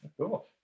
Cool